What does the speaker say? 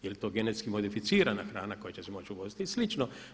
Je li to genetski modificirana hrana koja će se moći uvoziti i slično.